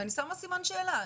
ואני שמה סימן שאלה,